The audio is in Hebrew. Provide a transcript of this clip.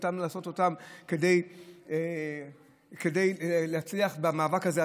כדי להצליח במאבק הזה,